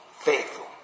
faithful